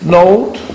note